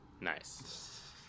Nice